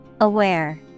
Aware